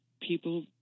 people